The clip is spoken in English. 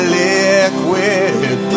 liquid